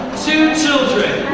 two children,